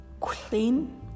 Clean